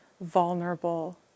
vulnerable